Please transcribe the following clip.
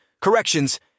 corrections